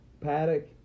Paddock